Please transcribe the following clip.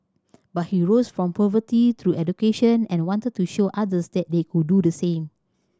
but he rose from poverty through education and wanted to show others they could do the same